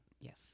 yes